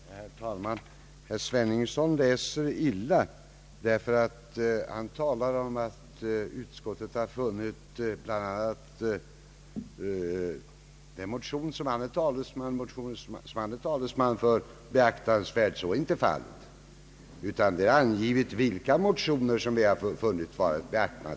Herr talman! Herr Svenungsson läser illa. Han sade nämligen att utskottet bl.a. har funnit att den motion som han är talesman för är beaktansvärd. Så är inte fallet. I utlåtandet har angivits vilka motioner vi har funnit värda att beakta.